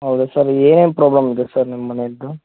ಹೌದಾ ಸರ್ ಏನೇನು ಪ್ರಾಬ್ಲಮ್ ಇದೆ ಸರ್ ನಿಮ್ಮ ಮನೇದು